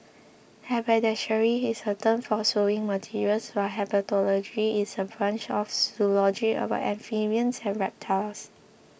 haberdashery is a term for sewing materials while herpetology is a branch of zoology about amphibians and reptiles